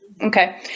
Okay